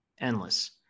endless